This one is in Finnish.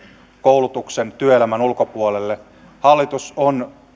koulutuksen ja työelämän ulkopuolelle hallitus on